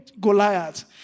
Goliath